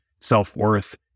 self-worth